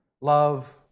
Love